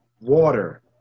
water